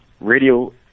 radio